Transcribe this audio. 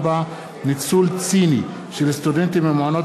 4. "ניצול ציני" של סטודנטים במעונות